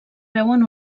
veuen